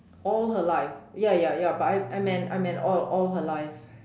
all her life ya ya ya but I I meant meant all her life